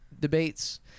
debates